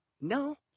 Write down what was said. No